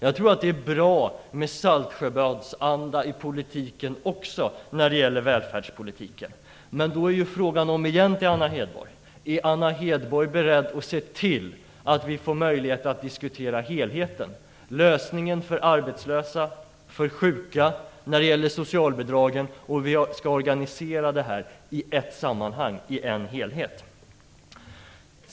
Jag tror att det är bra med Saltsjöbadsanda också när det gäller välfärdspolitiken. Men då är frågan till Anna Hedborg om igen: Är Anna Hedborg beredd att se till att vi får möjligheter att diskutera helheten - lösningen för arbetslösa, för sjuka, när det gäller socialbidragen och hur vi skall organisera detta i ett sammanhang, i en helhet?